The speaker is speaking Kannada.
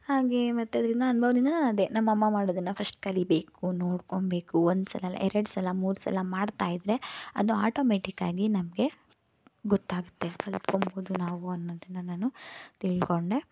ಹಾಗೇ ಮತ್ತು ಅದರಿಂದ ಅನುಭವ್ದಿಂದ ನಾನು ಅದೇ ನಮ್ಮಮ್ಮ ಮಾಡೋದನ್ನು ಫಶ್ಟ್ ಕಲಿಬೇಕು ನೋಡ್ಕೊಳ್ಬೇಕು ಒಂದು ಸಲ ಅಲ್ಲ ಎರಡು ಸಲ ಮೂರು ಸಲ ಮಾಡ್ತಾಯಿದ್ರೆ ಅದು ಆಟೋಮೇಟಿಕ್ಕಾಗಿ ನಮಗೆ ಗೊತ್ತಾಗುತ್ತೆ ಕಲ್ತ್ಕೊಳ್ಬೋದು ನಾವು ಅನ್ನೋದನ್ನು ನಾನು ತಿಳ್ಕೊಂಡೆ